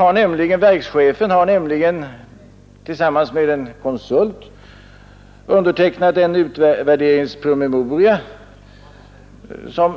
Av en till regeringen överlämnad utvärderingspromemoria, som